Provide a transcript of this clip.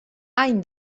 any